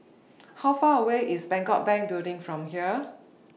How Far away IS Bangkok Bank Building from here